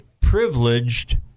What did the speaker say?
privileged